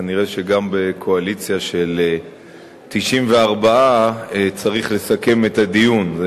כנראה גם בקואליציה של 94 צריך לסכם את הדיון.